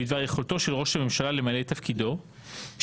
בדבר יכולתו של ראש הממשלה למלא את תפקידו שאיננה